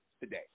today